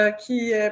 qui